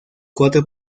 cuatro